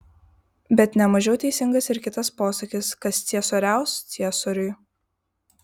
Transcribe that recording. bet ne mažiau teisingas ir kitas posakis kas ciesoriaus ciesoriui